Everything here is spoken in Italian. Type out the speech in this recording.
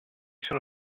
sono